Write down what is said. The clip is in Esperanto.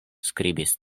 skribis